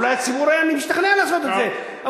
אולי הציבור היה משתכנע לעשות את זה.